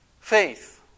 Faith